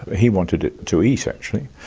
he wanted it to eat actually.